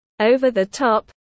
over-the-top